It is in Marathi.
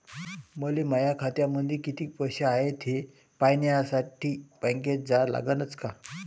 मले माया खात्यामंदी कितीक पैसा हाय थे पायन्यासाठी बँकेत जा लागनच का?